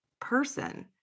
person